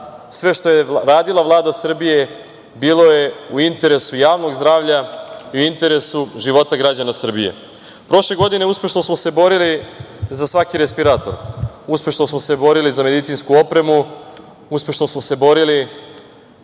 sve što je radila Vlada Srbije bilo je u interesu javnog zdravlja i u interesu života građana Srbije. Prošle godine uspešno smo se borili za svaki respirator, uspešno smo se borili za medicinsku opremu, uspešno smo se borili